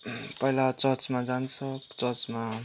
पहिला चर्चमा जान्छ चर्चमा